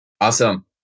Awesome